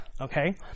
okay